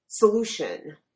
solution